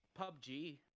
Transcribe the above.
PUBG